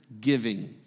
giving